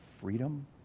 freedom